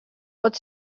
pot